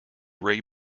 ray